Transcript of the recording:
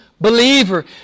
believer